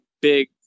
big